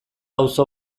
auzo